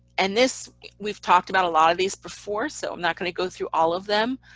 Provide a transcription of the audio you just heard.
and this we've talked about a lot of these before, so i'm not going to go through all of them.